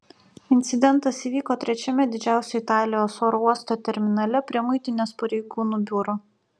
incidentas įvyko trečiame didžiausio italijos oro uosto terminale prie muitinės pareigūnų biuro